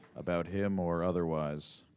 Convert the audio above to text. about him or otherwise.